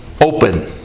open